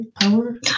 power